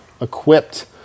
equipped